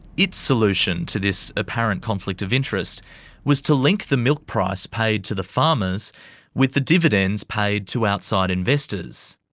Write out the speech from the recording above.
its solution to this apparent conflict of interest was to link the milk price paid to the farmers with the dividends paid to outside investors.